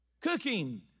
cooking